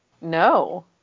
No